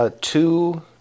two